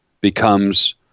becomes